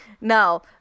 No